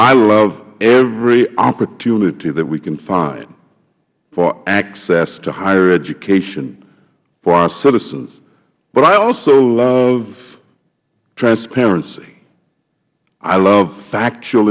i love every opportunity that we can find for access to higher education for our citizens but i also love transparency i love factual